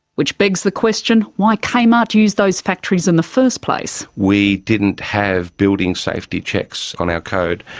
which begs the question why kmart used those factories in the first place. we didn't have building safety checks on our code.